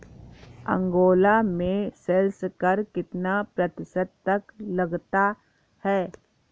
Angola में sales कर कितना प्रतिशत तक लगता है?